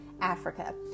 Africa